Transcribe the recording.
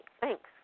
Thanks